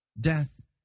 Death